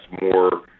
more